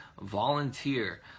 volunteer